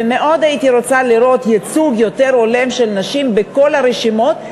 ומאוד הייתי רוצה לראות ייצוג יותר הולם של נשים בכל הרשימות,